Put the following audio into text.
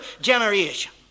generation